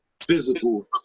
physical